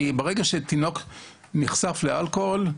כי ברגע שתינוק נחשף לאלכוהול,